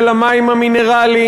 של המים המינרליים,